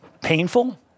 painful